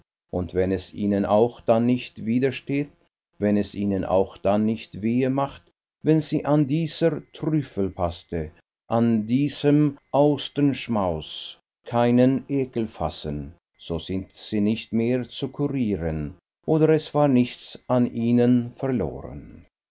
und wenn es ihnen auch dann nicht widersteht wenn es ihnen auch dann nicht wehe macht wenn sie an dieser trüffelpaste an diesem austernschmaus keinen ekel fassen so sind sie nicht mehr zu kurieren oder es war nichts an ihnen verloren